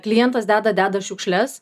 klientas deda deda šiukšles